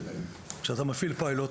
כשאתה מפעיל פיילוט,